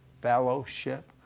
fellowship